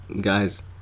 Guys